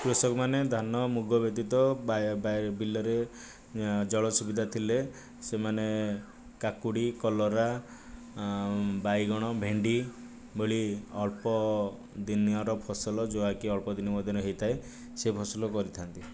କୃଷକ ମାନେ ଧାନ ମୁଗ ବ୍ୟତୀତ ବିଲରେ ଜଳ ସୁବିଧା ଥିଲେ ସେମାନେ କାକୁଡ଼ି କଲରା ବାଇଗଣ ଭେଣ୍ଡି ଭଳି ଅଳ୍ପ ଦିନିଆର ଫସଲ ଯାହାକି ଅଳ୍ପଦିନ ମଧ୍ୟରେ ହୋଇଥାଏ ସେ ଫସଲ କରିଥାନ୍ତି